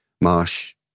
Marsh